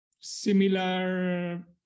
similar